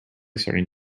starting